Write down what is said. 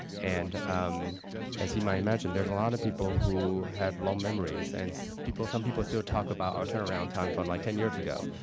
and um as you might imagine, there's a lot of people who have long memories. and people some people still talk about our turnaround time for, like, ten years ago.